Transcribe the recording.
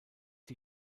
die